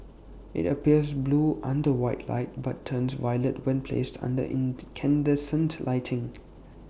IT appears blue under white light but turns violet when placed under incandescent lighting